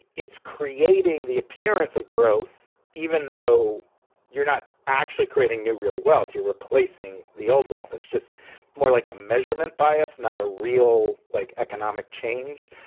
it's creating the appearance of growth. even though you're not actually creating new real wealth, you're replacing the old wealth. it's just more like a measurement bias, not a real like economic change.